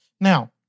Now